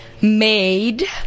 Made